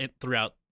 throughout